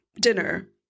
dinner